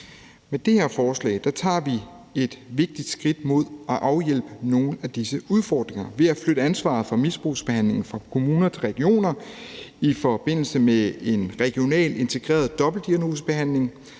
Med det her forslag tager vi et vigtigt skridt mod at afhjælpe nogle af disse udfordringer. Ved at flytte ansvaret for misbrugsbehandlingen fra kommuner til regioner i forbindelse med en regional integreret dobbeltdiagnosebehandling